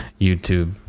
youtube